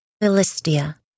Philistia